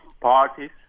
parties